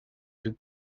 could